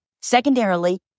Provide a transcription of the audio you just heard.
Secondarily